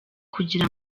kugira